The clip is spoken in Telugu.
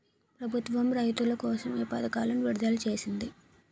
ప్రభుత్వం రైతుల కోసం ఏ పథకాలను విడుదల చేసింది?